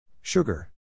Sugar